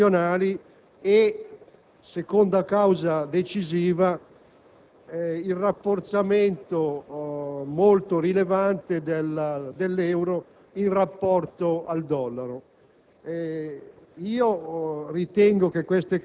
che ha colpito i mercati internazionali; in secondo luogo, risulta decisivo il rafforzamento molto rilevante dell'euro in rapporto al dollaro.